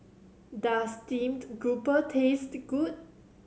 does steamed grouper taste good